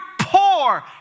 poor